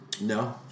No